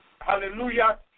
Hallelujah